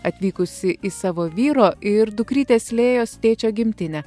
atvykusi į savo vyro ir dukrytės lėjos tėčio gimtinę